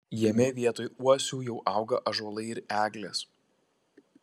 jame vietoj uosių jau auga ąžuolai ir eglės